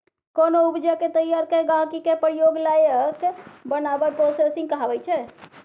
कोनो उपजा केँ तैयार कए गहिंकी केर प्रयोग लाएक बनाएब प्रोसेसिंग कहाबै छै